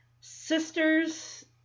sisters